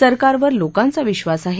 सरकारवर लोकांचा विश्वास आहे